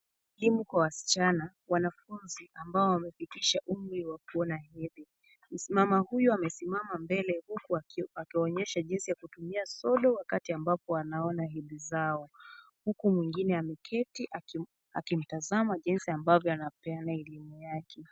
Elimu kwa wasichana wanafunzi ambao wamefikisha umri wa kuona hedhi. Mama huyu amesimama mbele huku akiwaonyesha jinsi ya kutumia sodo wakati ambapo wanaona hedhi zao, huku mwingine ameketi akimtazama jinsi ambavyo anapeana elimu yake.